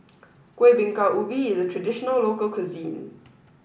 Kueh Bingka Ubi is a traditional local cuisine